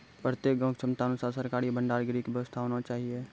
प्रत्येक गाँव के क्षमता अनुसार सरकारी भंडार गृह के व्यवस्था होना चाहिए?